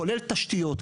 כולל תשתיות,